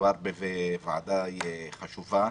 ומדובר בוועדה חשובה,